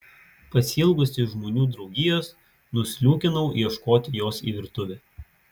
pasiilgusi žmonių draugijos nusliūkinau ieškoti jos į virtuvę